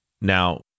Now